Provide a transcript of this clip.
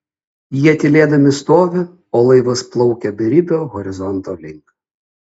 jie tylėdami stovi o laivas plaukia beribio horizonto link